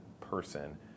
person